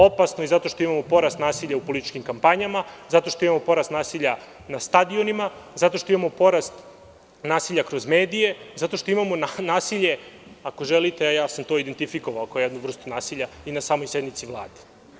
Opasno i zato što imamo porast nasilja u političkim kampanjama, zato što imamo porast nasilja na stadionima, zato što imamo porast nasilja kroz medije, zato što imamo nasilje, ako želite, a ja sam to identifikovao kao jednu vrstu nasilja, i na samoj sednici Vlade.